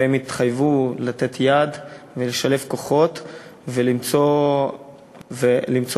והם התחייבו לתת יד ולשלב כוחות ולמצוא תעסוקה,